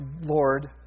Lord